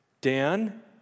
Dan